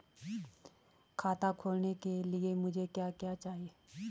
खाता खोलने के लिए मुझे क्या क्या चाहिए?